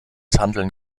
handeln